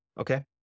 Okay